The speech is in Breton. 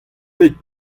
bet